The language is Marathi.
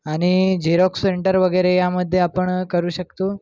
आणि झेरॉक्स सेंटर वगैरे यामध्ये आपण करू शकतो